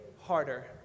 harder